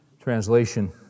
translation